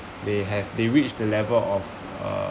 they have they reached the level of uh